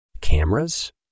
Cameras